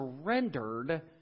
surrendered